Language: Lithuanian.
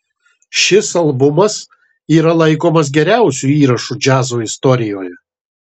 šis albumas yra laikomas geriausiu įrašu džiazo istorijoje